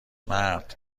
مرد